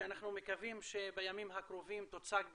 שאנחנו מקווים שבימים הקרובים תוצג בפנינו,